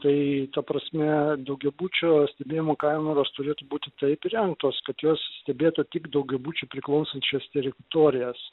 tai ta prasme daugiabučio stebėjimo kameros turėtų būti taip įrengtos kad jos stebėtų tik daugiabučiui priklausančias teritorijas